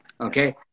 Okay